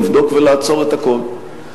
לבדוק ולעצור את הכול.